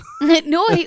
No